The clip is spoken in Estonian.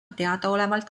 teadaolevalt